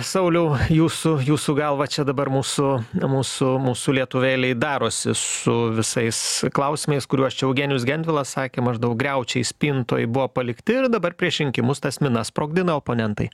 sauliau jūsų jūsų galva čia dabar mūsų mūsų mūsų lietuvėlėj darosi su visais klausimais kuriuos čia eugenijus gentvilas sakė maždaug griaučiais spintoje buvo palikti ir dabar prieš rinkimus tas minas sprogdina oponentai